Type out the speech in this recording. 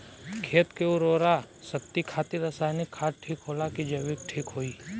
खेत के उरवरा शक्ति खातिर रसायानिक खाद ठीक होला कि जैविक़ ठीक होई?